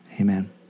amen